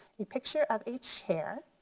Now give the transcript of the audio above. a picture of a chair.